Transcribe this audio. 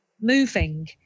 moving